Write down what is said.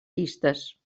llistes